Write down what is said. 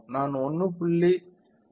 நான் 1